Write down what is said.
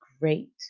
great